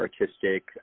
artistic